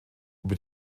über